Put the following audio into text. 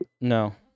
No